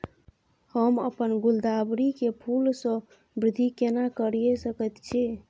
हम अपन गुलदाबरी के फूल सो वृद्धि केना करिये सकेत छी?